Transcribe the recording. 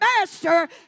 master